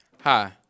Hi